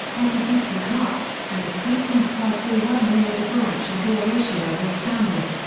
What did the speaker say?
heavy duty clutch, and a three point five four one rear differential gear ratio were standard.